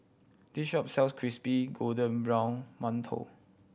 this shop sells crispy golden brown mantou